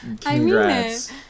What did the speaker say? congrats